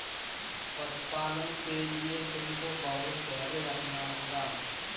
पशुपालन के लिए तुमको बहुत धैर्य रखना होगा